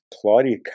claudia